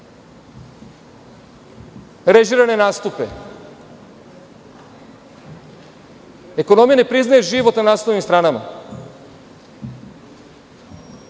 režirane nastupe. Ekonomija ne priznaje život na naslovnim stranama.